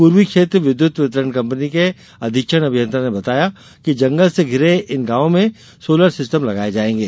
पूर्वी क्षेत्र विद्युत वितरण कंपनी के अधीक्षण अभियंता ने बताया कि जंगल से धिरे इन गांवों में सोलर सिस्टम लगाये जाएगे